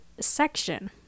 section